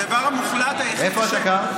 הדבר המוחלט היחיד, איפה אתה גר?